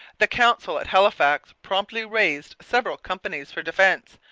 the council at halifax promptly raised several companies for defence,